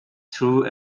through